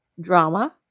drama